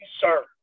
sir